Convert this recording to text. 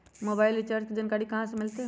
Mobile recharge के जानकारी कहा से मिलतै?